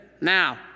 Now